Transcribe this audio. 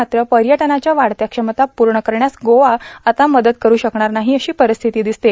मात्र पयटनाच्या वाढत्या क्षमता पूण करण्यास गोवा आता मदत करू शकणार नाहां अशी पर्ारस्थिती र्यदसते